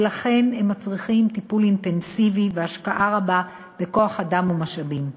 ולכן הם מצריכים טיפול אינטנסיבי והשקעה רבה בכוח-אדם ומשאבים.